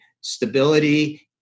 stability